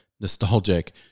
nostalgic